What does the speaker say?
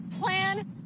plan